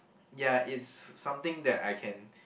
ya it's something that I can